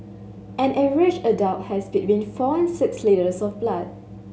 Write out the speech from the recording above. an average adult has been four and six litres of blood